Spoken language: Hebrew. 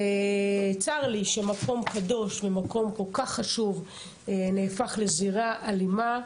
צר לי שמקום קדוש וכל כך חשוב נהפך לזירה אלימה.